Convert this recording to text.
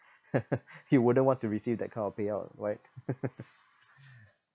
you wouldn't want to receive that kind of payout right